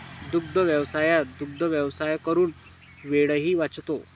दुग्धव्यवसायात दुग्धव्यवसाय करून वेळही वाचतो